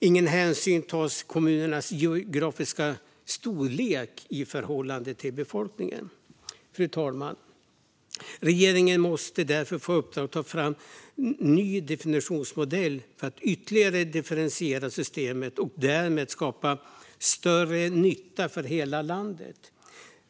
Ingen hänsyn tas till kommunernas geografiska storlek i förhållande till befolkningen. Regeringen måste därför få i uppdrag att ta fram en ny definitionsmodell för att ytterligare differentiera systemet och därmed skapa större nytta för hela landet.